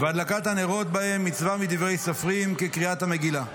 והדלקת הנרות בהם מצווה מדברי סופרים כקריאת המגילה.